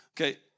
Okay